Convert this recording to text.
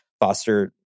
foster